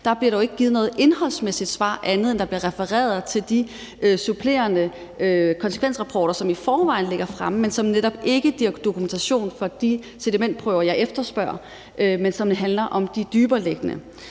der jo ikke givet noget indholdsmæssigt svar, andet end der bliver refereret til de supplerende konsekvensrapporter, som i forvejen ligger fremme, men som netop ikke give dokumentation for de sedimentprøver, jeg efterspørger, og som handler om de dybereliggende.